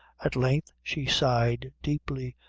at length she sighed deeply,